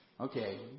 Okay